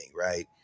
Right